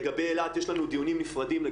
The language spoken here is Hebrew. לגבי אילת, יש לנו דיונים נפרדים.